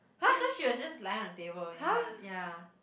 that's why she was just lying on the table in front ya